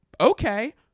okay